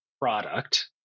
product